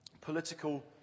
political